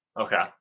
Okay